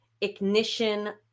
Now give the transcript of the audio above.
ignition